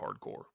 hardcore